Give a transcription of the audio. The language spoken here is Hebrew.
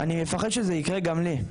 אני מפחד שזה ייקרה גם לי,